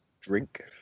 drink